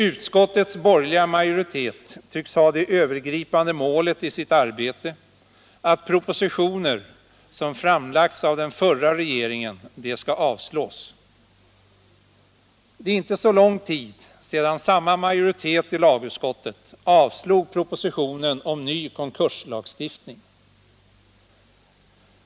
Utskottets borgerliga majoritet tycks ha det övergripande målet i sitt arbete att propositioner som framlagts av den förra regeringen skall avslås. Det är inte så lång tid sedan samma majoritet i lagutskottet avstyrkte propositionen om ny konkurslagstiftning.